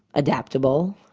adaptable.